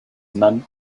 none